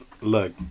look